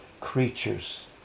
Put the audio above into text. creatures